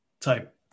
type